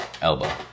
elbow